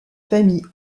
famille